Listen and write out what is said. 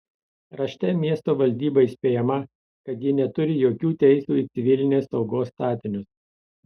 rašte miesto valdyba įspėjama kad ji neturi jokių teisių į civilinės saugos statinius